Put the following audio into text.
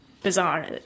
bizarre